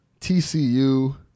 TCU